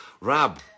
Rab